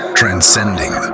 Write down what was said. transcending